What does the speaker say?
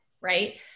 right